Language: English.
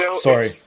Sorry